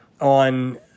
on